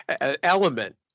element